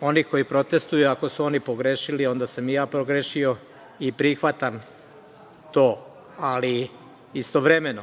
onih koji protestuju. Ako su oni pogrešili onda sam i ja pogrešio i prihvatam to. Ali, istovremeno,